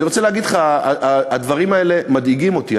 אני רוצה להגיד לך, הדברים האלה מדאיגים אותי.